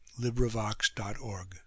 LibriVox.org